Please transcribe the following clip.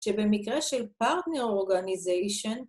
‫שבמקרה של פארטנר אורגניזיישן,